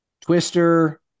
Twister